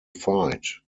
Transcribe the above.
fight